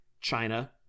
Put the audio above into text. China